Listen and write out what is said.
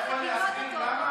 אתה יכול להסביר למה?